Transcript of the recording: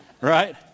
Right